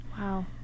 wow